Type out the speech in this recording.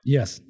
Yes